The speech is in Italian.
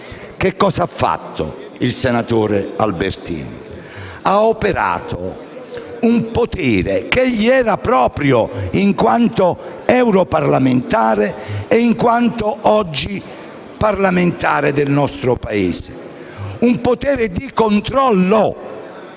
sostanza, il senatore Albertini ha esercitato un potere che gli era proprio in quanto europarlamentare e in quanto oggi parlamentare del nostro Paese; un potere di controllo